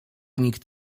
nikt